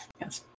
Yes